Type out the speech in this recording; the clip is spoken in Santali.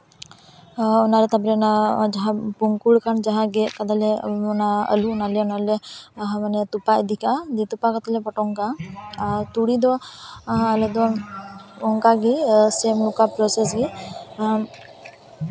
ᱚᱱᱟᱨᱮ ᱛᱟᱨᱯᱚᱨ ᱚᱱᱟ ᱡᱟᱦᱟᱸ ᱯᱩᱝᱠᱩᱨ ᱟᱠᱟᱱ ᱡᱟᱦᱟᱸ ᱜᱮᱫ ᱠᱟᱫᱟᱞᱮ ᱚᱱᱟ ᱟᱹᱞᱩ ᱚᱱᱟᱞᱮ ᱚᱱᱟᱞᱮ ᱢᱟᱱᱮ ᱛᱚᱯᱟ ᱤᱫᱤ ᱠᱟᱜᱼᱟ ᱫᱤᱭᱮ ᱛᱚᱯᱟ ᱠᱟᱛᱮᱫ ᱞᱮ ᱯᱚᱴᱚᱢ ᱠᱟᱜᱼᱟ ᱟᱨ ᱛᱩᱲᱤ ᱫᱚ ᱟᱞᱮ ᱫᱚ ᱚᱱᱠᱟᱜᱮ ᱥᱮ ᱱᱚᱝᱠᱟ ᱯᱨᱚᱥᱮᱥ ᱜᱮ ᱱᱚᱣᱟ